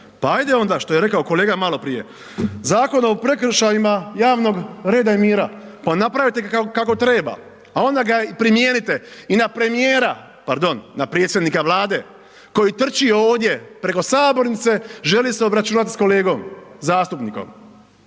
pa ajde onda što je rekao kolega maloprije, Zakon o prekršajima javnog reda i mira, pa napravite ga kako treba, a onda ga i primijenite i na premijera, pardon, na predsjednika Vlade koji trči ovdje preko sabornice želi se obračunat s kolegom zastupnikom,